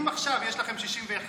אם עכשיו יש לכם 61,